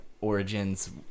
origins